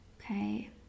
okay